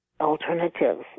alternatives